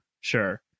sure